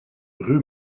rue